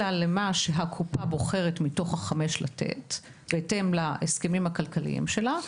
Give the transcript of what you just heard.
אלא הקופה בוחרת מה לתת מתוך החמש בהתאם להסכמים הכלכליים שלה,